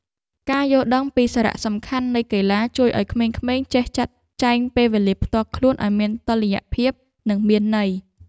ការយល់ដឹងពីសារៈសំខាន់នៃកីឡាជួយឱ្យក្មេងៗចេះចាត់ចែងពេលវេលាផ្ទាល់ខ្លួនឱ្យមានតុល្យភាពនិងមានន័យ។